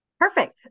Perfect